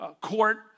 court